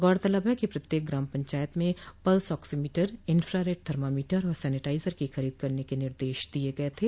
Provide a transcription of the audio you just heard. गौरतलब है कि प्रत्येक ग्राम पंचायत में पल्स ऑक्सोमीटर इंफ्रारेड थर्मामीटर और सैनेटाइजर की खरीद करने के निर्देश दिये गये थे